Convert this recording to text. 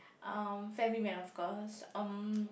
um family man of course um